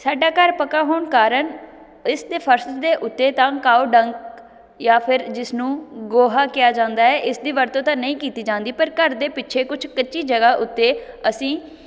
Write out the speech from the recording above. ਸਾਡਾ ਘਰ ਪੱਕਾ ਹੋਣ ਕਾਰਨ ਇਸ ਦੇ ਫਰਸ਼ ਦੇ ਉੱਤੇ ਤਾਂ ਕਾਓ ਡੰਕ ਜਾਂ ਫਿਰ ਜਿਸ ਨੂੰ ਗੋਹਾ ਕਿਹਾ ਜਾਂਦਾ ਹੈ ਇਸ ਦੀ ਵਰਤੋਂ ਤਾਂ ਨਹੀਂ ਕੀਤੀ ਜਾਂਦੀ ਪਰ ਘਰ ਦੇ ਪਿੱਛੇ ਕੁਛ ਕੱਚੀ ਜਗ੍ਹਾ ਉੱਤੇ ਅਸੀਂ